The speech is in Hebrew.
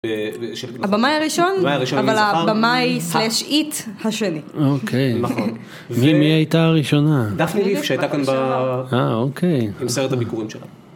הבמאי הראשון, אבל הבמאי/ת השני, מי הייתה הראשונה? דפני ליף שהייתה כאן עם סרט הביקורים שלה.